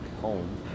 home